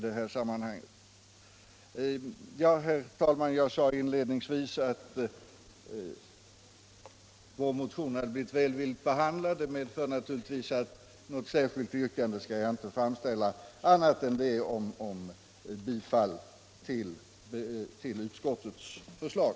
Herr talman! Jag sade inledningsvis att vår motion blivit välvilligt behandlad. Det medför att jag inte skall framställa något annat yrkande än om bifall till utskottets förslag.